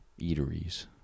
eateries